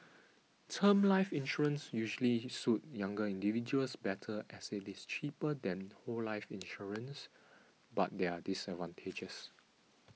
term life insurance usually suit younger individuals better as it is cheaper than whole life insurance but there are disadvantages